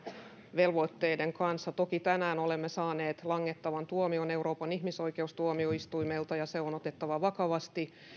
velvoitteiden kanssa toki tänään olemme saaneet langettavan tuomion euroopan ihmisoikeustuomioistuimelta ja se on otettava vakavasti